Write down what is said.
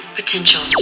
potential